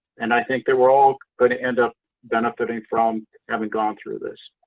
and i think that we're all going to end up benefiting from having gone through this.